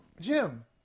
Jim